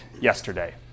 yesterday